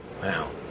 wow